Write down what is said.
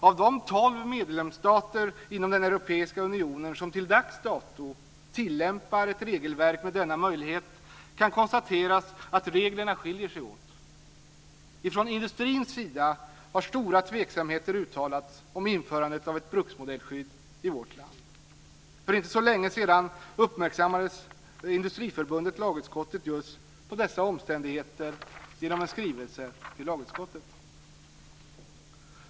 Om de tolv medlemsstater inom den europeiska unionen som till dags dato tillämpar ett regelverk med denna möjlighet kan konstateras att reglerna skiljer sig åt. Ifrån industrins sida har stora tveksamheter uttalats om införandet av ett bruksmodellskydd i vårt land. För inte så länge sedan uppmärksammade Industriförbundet lagutskottet just på dessa omständigheter genom en skrivelse till lagutskottet.